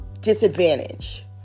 disadvantage